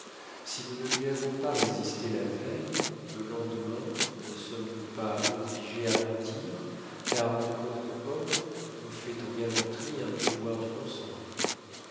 si nous ne lui avons pas résisté la veille le lendemain ne sommes-nous pas obligés à mentir car le code homme nous fait en galanterie un devoir du mensonge